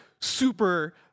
super